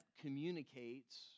communicates